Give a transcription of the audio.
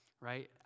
Right